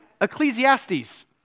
Ecclesiastes